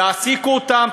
תעסיקו אותם,